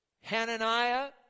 Hananiah